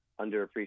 underappreciated